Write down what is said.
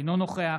אינו נוכח